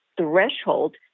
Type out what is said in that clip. threshold